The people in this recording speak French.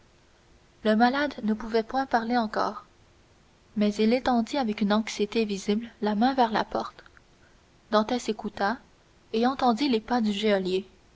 le malade ne pouvait point parler encore mais il étendit avec une anxiété visible la main vers la porte dantès écouta et entendit les pas du